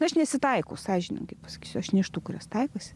aš nesitaikau sąžiningai pasakysiu aš ne iš tų kurios taikosi